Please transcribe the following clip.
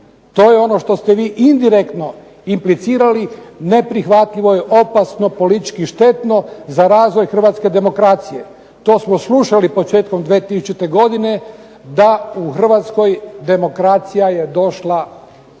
To je ono što ste vi indirektno implicirali neprihvatljivo je opasno, politički štetno za razvoj hrvatske demokracije. To smo slušali početkom 2000. godine da je u Hrvatsku demokracija došla dolaskom